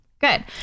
good